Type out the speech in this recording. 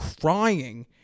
crying